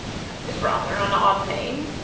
that is rather an odd name,